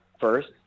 first